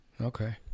Okay